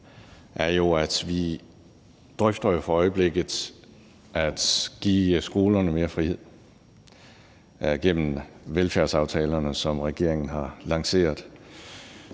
er jo, at vi for øjeblikket drøfter at give skolerne mere frihed gennem velfærdsaftalerne, som regeringen har lanceret.